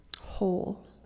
whole